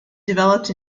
developed